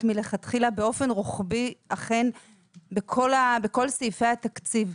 לכתחילה באופן רוחבי בכל סעיפי התקציב.